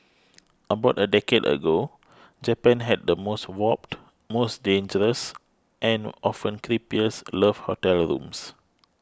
about a decade ago Japan had the most warped most dangerous and often creepiest love hotel rooms